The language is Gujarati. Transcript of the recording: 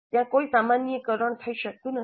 ત્યાં કોઈ સામાન્યીકરણ થઈ શકતું નથી